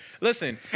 Listen